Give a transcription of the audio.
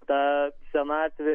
ta senatvė